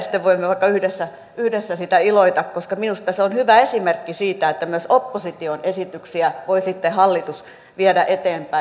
sitten voimme vaikka yhdessä siitä iloita koska minusta se on hyvä esimerkki siitä että myös opposition esityksiä voi sitten hallitus viedä eteenpäin